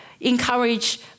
encourage